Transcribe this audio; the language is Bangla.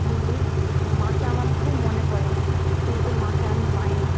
কিন্তু মাকে আমার খুব মনে পরে কিন্তু মাকে আমি পাই না